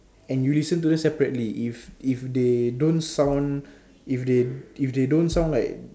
and you listen to them separately if if they don't sound if they if they don't sound like